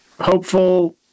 hopeful